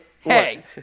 hey